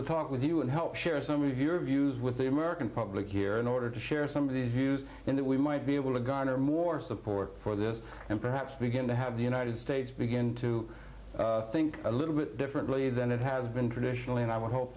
to talk with you and help share some of your views with the american public here in order to share some of these views in that we might be able to garner more support for this and perhaps begin to have the united states begin to think a little bit differently than it has been traditionally and i would hope